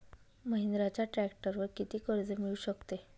महिंद्राच्या ट्रॅक्टरवर किती कर्ज मिळू शकते?